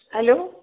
hello